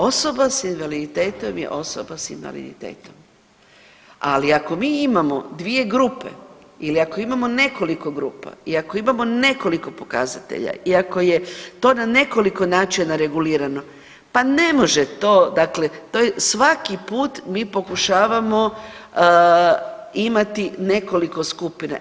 Osoba sa invaliditetom je osoba sa invaliditetom, ali ako mi imamo dvije grupe ili ako imamo nekoliko grupa i ako imamo nekoliko pokazatelja i ako je to na nekoliko načina regulirano pa ne može to, dakle to je svaki put mi pokušavamo imati nekoliko skupina.